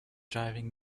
driving